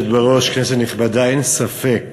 נכבדה, אין ספק